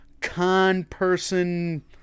con-person